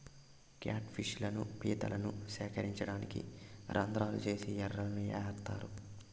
cat fish లను, పీతలను సేకరించడానికి రంద్రాలు చేసి ఎరలను ఏత్తారు